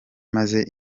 maze